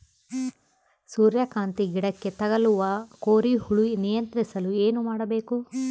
ಸೂರ್ಯಕಾಂತಿ ಗಿಡಕ್ಕೆ ತಗುಲುವ ಕೋರಿ ಹುಳು ನಿಯಂತ್ರಿಸಲು ಏನು ಮಾಡಬೇಕು?